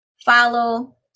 follow